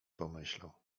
pomyślał